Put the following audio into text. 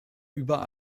über